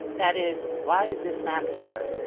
that is, why is this map here?